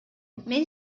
мен